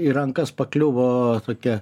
į rankas pakliuvo tokia